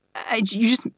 i just